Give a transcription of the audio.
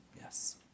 Yes